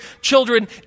children